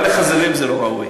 גם לחזירים זה לא ראוי.